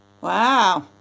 Wow